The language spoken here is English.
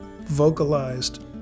vocalized